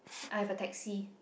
I have a taxi